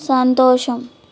సంతోషం